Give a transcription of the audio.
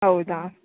ಹೌದಾ